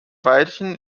weichen